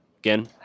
Again